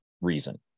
reason